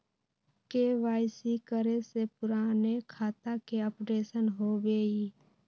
KYC करें से पुराने खाता के अपडेशन होवेई?